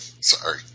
sorry